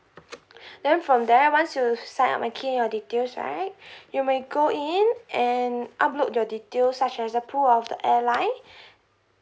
then from that once you sign up and key in your details right you may go in and upload your details such as a of the airline